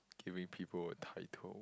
giving people a title